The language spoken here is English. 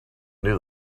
knew